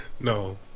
No